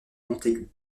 montaigu